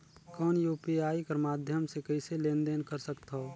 कौन यू.पी.आई कर माध्यम से कइसे लेन देन कर सकथव?